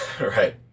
Right